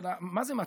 מה זה מצה?